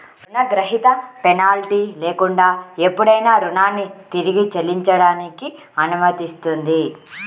రుణగ్రహీత పెనాల్టీ లేకుండా ఎప్పుడైనా రుణాన్ని తిరిగి చెల్లించడానికి అనుమతిస్తుంది